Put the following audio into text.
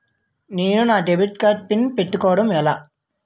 నేను నా debit card PIN పెట్టుకోవడం ఎలా?